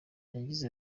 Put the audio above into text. yagize